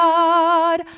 God